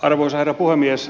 arvoisa herra puhemies